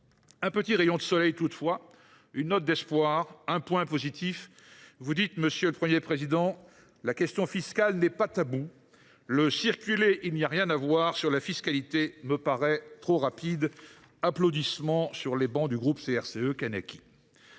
Un petit rayon de soleil toutefois, une note d’espoir, un point positif : selon M. le Premier président, « la question fiscale n’est pas taboue »;« le “circulez, il n’y a rien à voir” sur la fiscalité [lui] paraît trop rapide ». Applaudissements sur les travées du groupe CRCE K… Oui